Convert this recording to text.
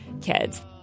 kids